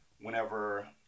whenever